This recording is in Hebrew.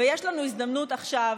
ויש לנו הזדמנות עכשיו,